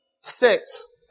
six